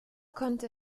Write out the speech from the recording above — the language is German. konnte